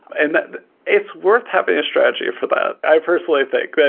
and it's worth having a strategy for that, i personally think.